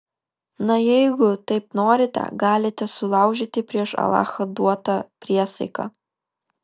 na jeigu taip norite galite sulaužyti prieš alachą duotą priesaiką